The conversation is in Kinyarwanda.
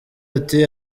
ati